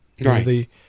Right